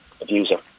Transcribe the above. abuser